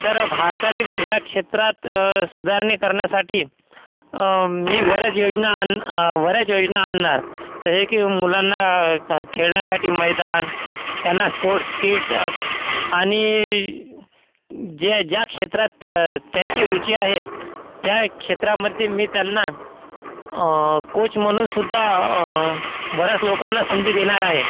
तर भारतातील क्रीडाक्षेत्रात सुधारणे करण्यासाठी मी बऱ्याच योजना आन बऱ्याच योजना आणणार जसे की मुलांना खेळण्यासाठी मैदान त्यांना स्पोर्टस् किट आणि ज्या ज्या क्षेत्रामध्ये त त्यांची रुची आहे त्या क्षेत्रामध्ये मी त्यांना कोच म्हणून सुद्धा बऱ्याच लोकांना संधी देणार आहे